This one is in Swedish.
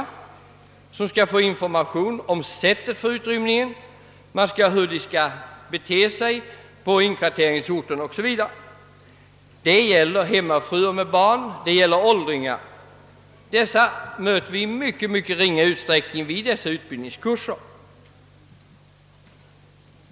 De behöver i första hand information om sättet för utrymningen, om hur de skal bete sig på inkvarteringsorten, o.s.v Det gäller alltså hemmafruar med barn och det gäller åldringar. Dessa möter vi i mycket ringa utsträckning vid dessa utbildningskurser.